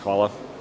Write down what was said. Hvala.